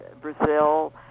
Brazil